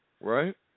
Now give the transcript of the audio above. Right